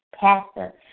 pastor